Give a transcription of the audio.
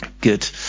Good